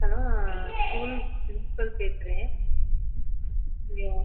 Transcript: hello school principal பேசுகிறேன் இங்கே